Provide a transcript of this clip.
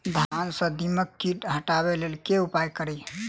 धान सँ दीमक कीट हटाबै लेल केँ उपाय करु?